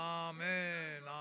amen